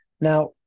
Now